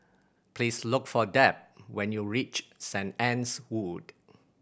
please look for Deb when you reach Saint Anne's Wood